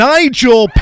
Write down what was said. Nigel